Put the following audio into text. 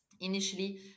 initially